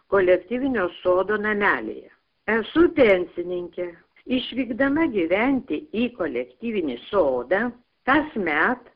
kolektyvinio sodo namelyje esu pensininkė išvykdama gyventi į kolektyvinį sodą kasmet